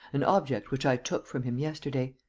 an object which i took from him yesterday.